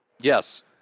Yes